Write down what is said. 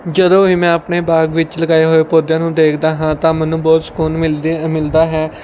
ਜਦੋਂ ਇਹ ਮੈਂ ਆਪਣੇ ਬਾਗ ਵਿੱਚ ਲਗਾਏ ਹੋਏ ਪੌਦਿਆਂ ਨੂੰ ਦੇਖਦਾ ਹਾਂ ਤਾਂ ਮੈਨੂੰ ਬਹੁਤ ਸਕੂਨ ਮਿਲਦੀ ਹੈ ਮਿਲਦਾ ਹੈ